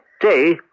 day